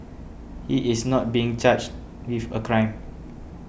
he is not being charged with a crime